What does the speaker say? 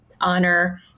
honor